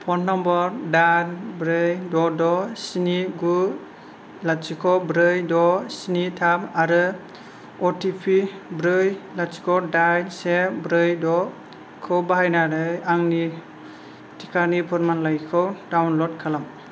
phone number दाइन ब्रै द' द' स्नि गु लाथिख' ब्रै द' स्नि थाम आरो अ टि पि ब्रै लाथिख' दाइन से ब्रै द' खौ बाहायनानै आंनि टिकानि फोरमानलाइखौ डाउनल'ड खालाम